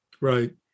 Right